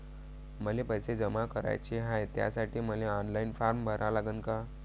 मले पैसे जमा कराच हाय, त्यासाठी मले ऑनलाईन फारम भरा लागन का?